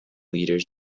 leaders